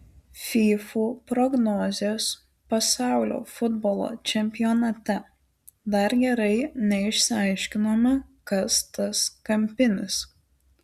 fyfų prognozės pasaulio futbolo čempionate dar gerai neišsiaiškinome kas tas kampinis